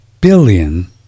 billion